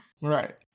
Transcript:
Right